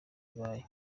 bibaye